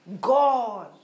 God